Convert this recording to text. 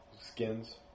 skins